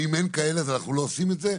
ואם אין כאלה אז אנחנו לא עושים את זה?